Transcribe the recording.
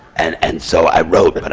and and so, i wrote, but but